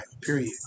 period